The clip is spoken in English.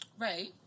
Right